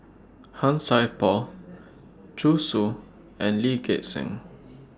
Han Sai Por Zhu Xu and Lee Gek Seng